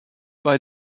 bei